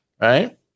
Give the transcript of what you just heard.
right